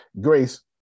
Grace